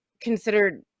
considered